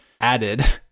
added